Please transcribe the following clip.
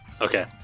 Okay